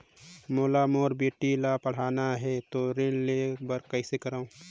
मोला मोर बेटी ला पढ़ाना है तो ऋण ले बर कइसे करो